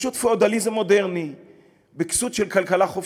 פשוט פיאודליזם מודרני בכסות של כלכלה חופשית.